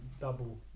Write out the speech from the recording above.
double